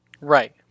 Right